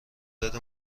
مورد